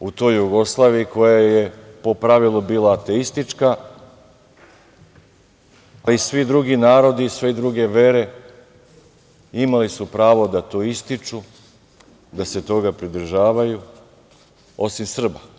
u toj Jugoslaviji koja je po pravilu bila ateistička, ali svi drugi narodi, sve druge vere imale su pravo da to ističu, da se toga pridržavaju, osim Srba.